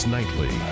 Nightly